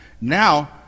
now